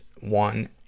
one